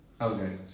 Okay